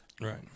Right